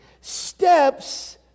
steps